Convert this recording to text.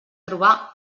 trobar